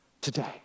today